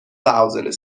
thousand